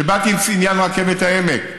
כשבאתי עם עניין רכבת העמק,